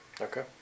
Okay